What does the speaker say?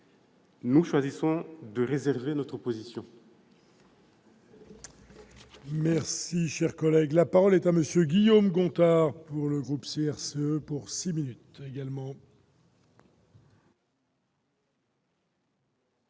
nous choisissons de réserver notre position.